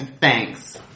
thanks